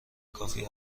کافی